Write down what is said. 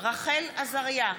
רחל עזריה,